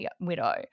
Widow